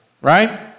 right